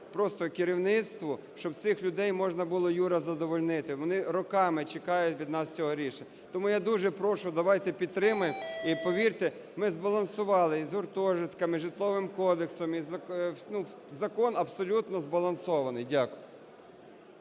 просто керівництву, щоб цих людей можна було, Юра, задовольнити. Вони роками чекають від нас цього рішення. Тому я дуже прошу, давайте підтримаємо. І повірте, ми збалансували і з гуртожитками, і з Житловим кодексом і закон абсолютно збалансований. Дякую.